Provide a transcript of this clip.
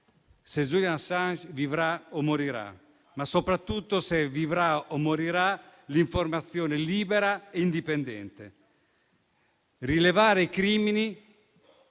se Julian Assange vivrà o morirà, ma soprattutto se vivrà o morirà l'informazione libera e indipendente. Rilevare crimini